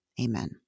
amen